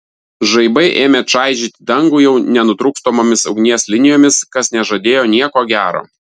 žaibai ėmė čaižyti dangų jau nenutrūkstamomis ugnies linijomis kas nežadėjo nieko gero